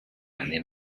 anni